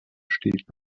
steht